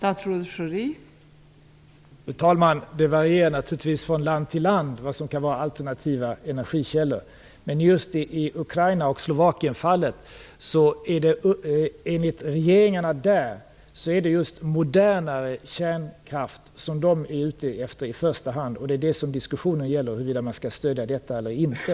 Fru talman! Det varierar naturligtvis från land till land vad som kan vara alternativa energikällor. Men just i Ukraina och Slovakien fallet är det enligt regeringarna där just modernare kärnkraft som de är ute efter i första hand. Det som diskussionen gäller är huruvida man skall stödja detta eller inte.